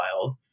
wild